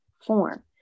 form